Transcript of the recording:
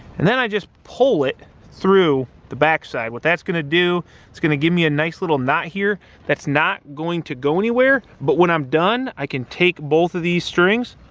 and then i just pull it through the back side what that's gonna do it's gonna give me a nice little knot here that's not going to go anywhere but when i'm done i can take both of these strings